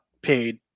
paid